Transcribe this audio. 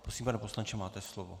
Prosím, pane poslanče, máte slovo.